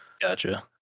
Gotcha